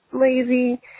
lazy